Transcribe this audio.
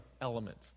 element